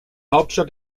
hauptstadt